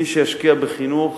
מי שישקיע בחינוך